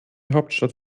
hauptstadt